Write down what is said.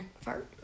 fart